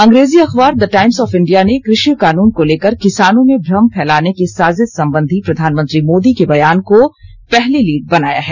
अंग्रेजी अखबार the Times of India ने कृषि कानून को लेकर किसानों में भ्रम फैलाने की साजिश संबधी प्रधानमंत्री मोदी के बयान को पहली लीड बनाया है